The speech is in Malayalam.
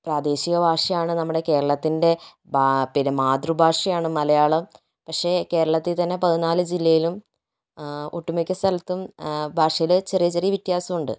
പ്രാദേശിക ഭാഷയാണ് നമ്മുടെ കേരളത്തിൻ്റെ പിന്നെ മാതൃഭാഷയാണ് മലയാളം പക്ഷേ കേരളത്തിൽത്തന്നെ പതിനാല് ജില്ലയിലും ഒട്ടുമിക്ക സ്ഥലത്തും ഭാഷയിൽ ചെറിയ ചെറിയ വ്യത്യാസം ഉണ്ട്